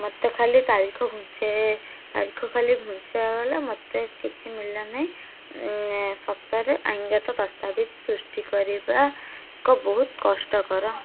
ମତେ ଖାଲି ତାରିଖ ଘୁଞ୍ଚେ ତାରିଖ ଖାଲି ଘୁଞ୍ଚାଗଲା ମତେ କିଛି ମିଳିଲା ନାହିଁ ସତରେ ଆଇନଗତ ଦସ୍ତାବିଜ୍ ସୃଷ୍ଟି କରିବା ଏକ ବହୁତ କଷ୍ଟକର